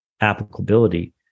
applicability